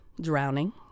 drowning